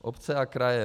Obce a kraje.